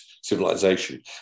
civilization